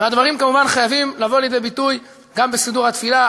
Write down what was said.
והדברים כמובן חייבים לבוא לידי ביטוי גם בסידור התפילה,